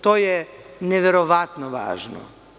To je neverovatno važno.